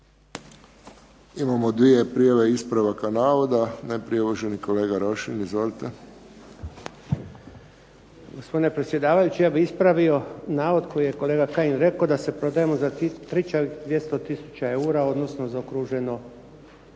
Imamo 2 prijave ispravaka navoda. Najprije uvaženi kolega Rošin, izvolite. **Rošin, Jerko (HDZ)** Gospodine predsjedavajući ja bih ispravio navod koji je kolega Kajin rekao da se prodajemo za trićavih 200 tisuća eura, odnosno zaokruženo